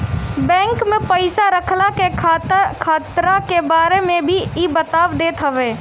bank में पईसा रखला के खतरा के बारे में भी इ बता देत हवे